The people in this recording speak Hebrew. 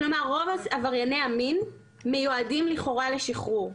כלומר רוב עברייני המין מיועדים לכאורה לשחרור.